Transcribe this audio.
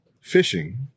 fishing